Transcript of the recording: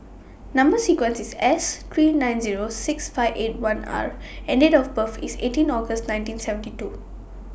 Number sequence IS S three nine Zero six five eight one R and Date of birth IS eighteen August nineteen seventy two